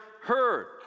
heard